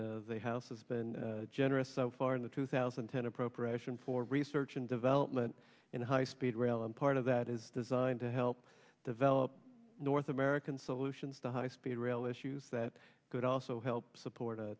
and they how has been generous so far in the two thousand and ten appropriation for research and development in high speed rail and part of that is designed to help develop north american solutions to high speed rail issues that could also help support